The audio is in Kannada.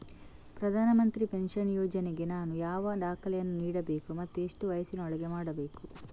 ಪ್ರಧಾನ ಮಂತ್ರಿ ಪೆನ್ಷನ್ ಯೋಜನೆಗೆ ನಾನು ಯಾವ ದಾಖಲೆಯನ್ನು ನೀಡಬೇಕು ಮತ್ತು ಎಷ್ಟು ವಯಸ್ಸಿನೊಳಗೆ ಮಾಡಬೇಕು?